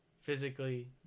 Physically